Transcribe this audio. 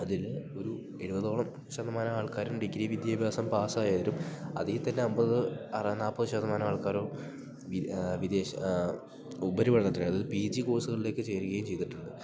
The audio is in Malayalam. അതിൽ ഒരു എഴുപതോളം ശതമാനം ആൾക്കാരും ഡിഗ്രി വിദ്യാഭ്യാസം പാസ് ആയവരും അതിൽത്തന്നെ അമ്പത് നാൽപ്പത് ശതമാനം ആൾക്കാരും വിദേശ ഉപരിപഠനത്തിന് അതായത് പീ ജി കോഴ്സുകളിലേക്ക് ചേരുകയും ചെയ്തിട്ടുണ്ട്